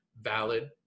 valid